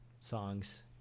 songs